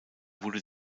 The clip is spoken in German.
wurde